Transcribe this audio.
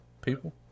people